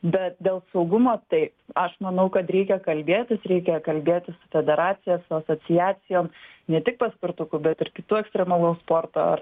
bet dėl saugumo tai aš manau kad reikia kalbėtis reikia kalbėtis su federacija su asociacijom ne tik paspirtukų bet ir kitų ekstremalaus sporto ar